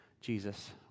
Jesus